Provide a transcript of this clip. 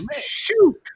Shoot